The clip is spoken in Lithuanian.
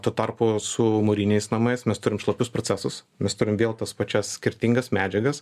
tuo tarpu su mūriniais namais mes turim šlapius procesus mes turim vėl tas pačias skirtingas medžiagas